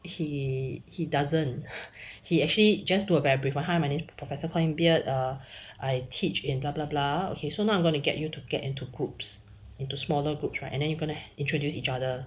he he doesn't he actually just do a very brief one hi my name is professor colin beard err I teach in blah blah blah okay so now I'm going to get you to get into groups into smaller groups right and then you're going to introduce each other